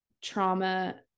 trauma